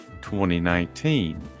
2019